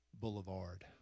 Boulevard